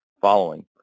following